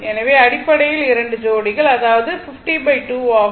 எனவே அடிப்படையில் இரண்டு ஜோடிகள் அதாவது 502 ஆகும்